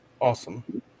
awesome